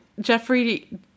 Jeffrey